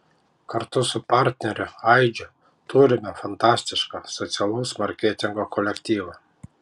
kartu su partneriu aidžiu turime fantastišką socialaus marketingo kolektyvą